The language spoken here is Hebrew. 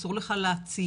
אסור לך להעציב,